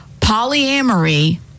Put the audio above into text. polyamory